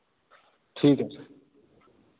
ठीक है सर